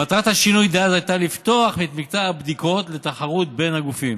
מטרת השינוי דאז הייתה לפתוח את מקטע הבדיקות לתחרות בין הגופים